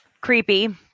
creepy